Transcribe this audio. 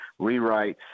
rewrites